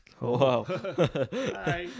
Wow